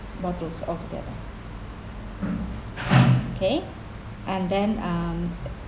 bottles altogether okay and then um